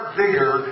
bigger